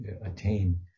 attain